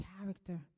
character